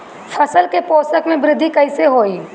फसल के पोषक में वृद्धि कइसे होई?